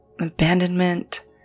abandonment